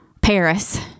Paris